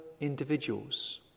individuals